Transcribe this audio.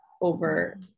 over